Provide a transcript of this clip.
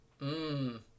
Mmm